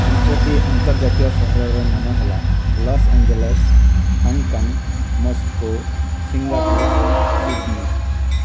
ପାଞ୍ଚଟି ଅନ୍ତର୍ଜାତୀୟ ସହରର ନାମ ହେଲା Los Angeles Hong Kong Moscow Singapore Sydney